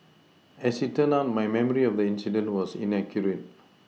as it turned out my memory of the incident was inaccurate